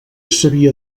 sabia